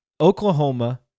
Oklahoma